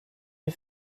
and